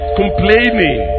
complaining